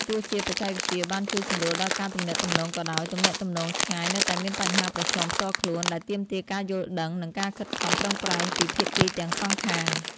ទោះជាបច្ចេកវិទ្យាបានជួយសម្រួលដល់ការទំនាក់ទំនងក៏ដោយ ទំនាក់ទំនងឆ្ងាយនៅតែមានបញ្ហាប្រឈមផ្ទាល់ខ្លួន ដែលទាមទារការយល់ដឹង និងការខិតខំប្រឹងប្រែងពីភាគីទាំងសងខាង។